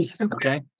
okay